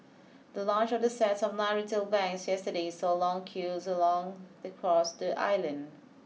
the launch of the sets of nine retail banks yesterday saw long queues along across the island